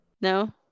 No